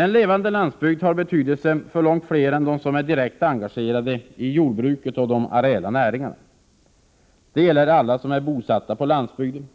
En levande landsbygd har betydelse för långt fler än dem som är direkt engagerade i jordbruket och de areella näringarna. Det gäller alla som är bosatta på landsbygden.